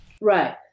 right